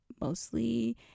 mostly